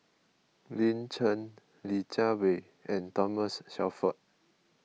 Lin Chen Li Jiawei and Thomas Shelford